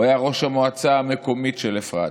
הוא היה ראש המועצה המקומית של אפרת,